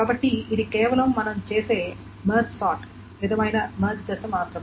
కాబట్టి ఇది కేవలం మనం చేసే మెర్జ్ సార్ట్ విధమైన మెర్జ్ దశ మాత్రమే